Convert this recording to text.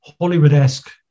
Hollywood-esque